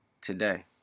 today